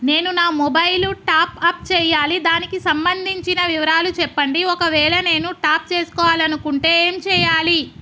నేను నా mobile top up చేయాలి దానికి సంబంధించిన వివరాలు చెప్పండి ఒకవేళ నేను టాప్ చేసుకోవాలనుకుంటే ఏం చేయాలి?